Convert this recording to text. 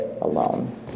alone